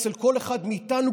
אצל כל אחד מאיתנו,